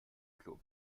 klo